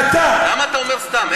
למה אתה אומר סתם?